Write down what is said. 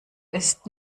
ist